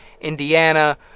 Indiana